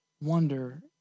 wonder